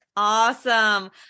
Awesome